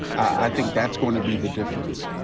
i think that's gonna be the difference.